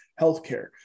healthcare